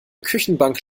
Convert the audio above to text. küchenbank